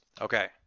Okay